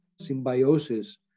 symbiosis